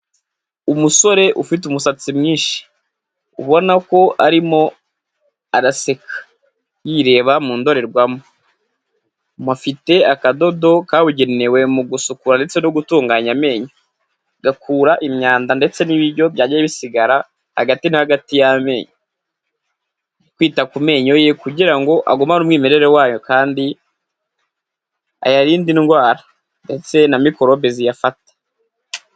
Umusore ufite umusatsi mwinshi, ubona ko arimo araseka yireba mu ndorerwamo, afite akadodo kabugenewe mu gusukura ndetse no gutunganya amenyo, gakura imyanda ndetse n'ibiryo byagiye bisigara hagati na hagati y'amenyo, kwita ye kugira ngo agumane umwimerere wayo kandi ayarinde indwara, ndetse na mikorobe ziyafata.